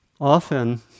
often